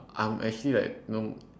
I'm actually like you know